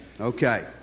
Okay